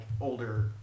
older